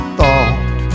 thought